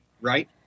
Right